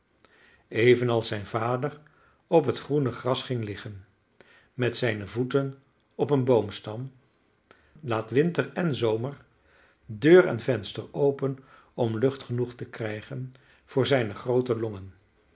evenals zijn vader op het groene gras ging liggen met zijne voeten op een boomstam laat winter en zomer deur en venster open om lucht genoeg te krijgen voor zijne groote